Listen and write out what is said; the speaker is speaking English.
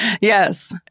Yes